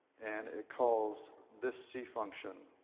and it calls this c function